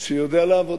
שיודע לעבוד.